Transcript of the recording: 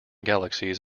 galaxies